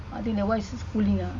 I think that [one] is pulling ah